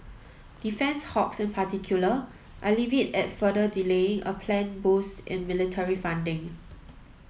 defence hawks in particular are livid at further delaying a planned boost in military funding